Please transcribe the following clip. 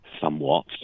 somewhat